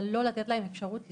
אבל לא לתת להם אפשרות לחיות,